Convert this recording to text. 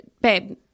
babe